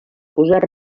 posar